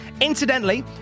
Incidentally